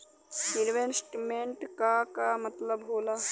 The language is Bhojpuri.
इन्वेस्टमेंट क का मतलब हो ला?